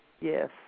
Yes